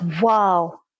Wow